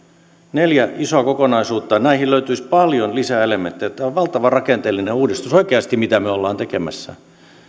neljä isoa kokonaisuutta joihin löytyisi paljon lisää elementtejä tämä on valtava rakenteellinen uudistus oikeasti mitä me olemme tekemässä